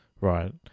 right